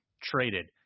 traded